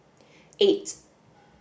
eight